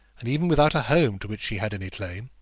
and even without a home to which she had any claim.